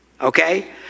okay